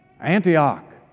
Antioch